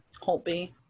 Holtby